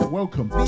welcome